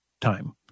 time